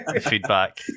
feedback